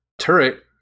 turret